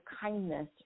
kindness